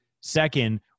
Second